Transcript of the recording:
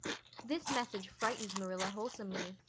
this message frightened marilla wholesomely.